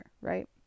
right